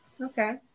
Okay